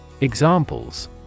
Examples